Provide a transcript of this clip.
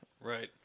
Right